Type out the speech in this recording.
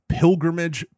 pilgrimage